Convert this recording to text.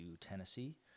Tennessee